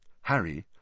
Harry